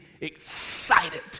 excited